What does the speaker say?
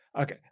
Okay